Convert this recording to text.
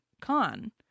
Khan